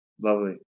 lovely